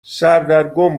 سردرگم